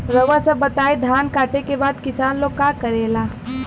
रउआ सभ बताई धान कांटेके बाद किसान लोग का करेला?